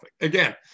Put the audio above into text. Again